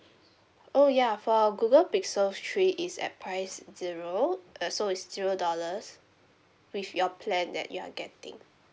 oh ya for our google pixel three is at price zero uh so it's zero dollars with your plan that you are getting